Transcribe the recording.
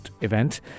event